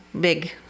big